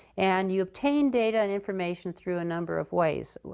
and you obtain data and information through a number of ways.